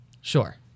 Sure